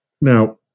now